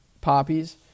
poppies